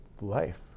life